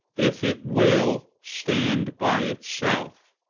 if it will stand by itself.